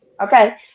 Okay